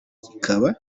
kikaba